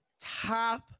top